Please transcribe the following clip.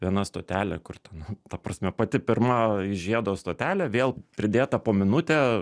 viena stotelė kur ten ta prasme pati pirma žiedo stotelė vėl pridėta po minutę